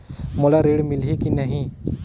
मोला ऋण मिलही की नहीं?